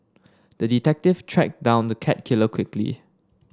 the detective tracked down the cat killer quickly